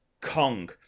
Kong